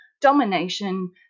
domination